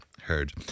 heard